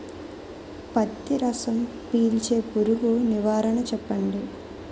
పత్తి రసం పీల్చే పురుగు నివారణ చెప్పండి?